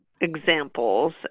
examples